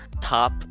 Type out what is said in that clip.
top